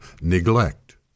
neglect